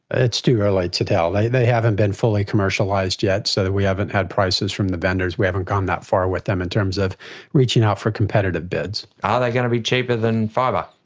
it's too early to tell. they they haven't been fully commercialised yet so we haven't had prices from the vendors. we haven't gone that far with them in terms of reaching out for competitive bids. are they going to be cheaper than fibre?